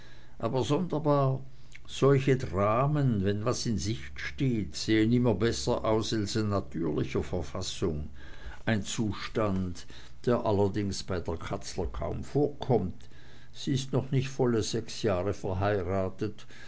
aber sonderbar solche damen wenn was in sicht steht sehen immer besser aus als in natürlicher verfassung ein zustand der allerdings bei der katzler kaum vorkommt sie ist noch nicht volle sechs jahre verheiratet